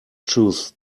chose